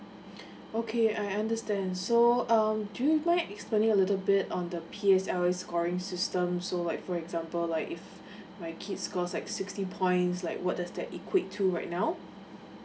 okay I understand so um do you mind explaining a little bit on the P_S_L_E scoring system so like for example like if my kids course like sixty points like what does that equate to right now